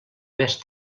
més